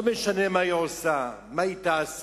לא משנה מה היא עושה, מה היא תעשה,